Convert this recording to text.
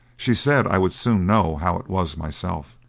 she said i would soon know how it was myself.